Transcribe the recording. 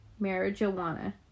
marijuana